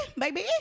baby